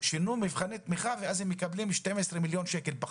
ששינו את מבחני התמיכה ואז הם מקבלים 12 מיליון שקל פחות.